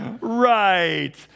right